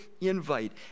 invite